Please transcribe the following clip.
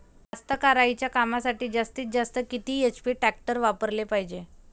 कास्तकारीच्या कामासाठी जास्तीत जास्त किती एच.पी टॅक्टर वापराले पायजे?